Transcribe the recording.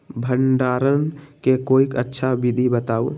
भंडारण के कोई अच्छा विधि बताउ?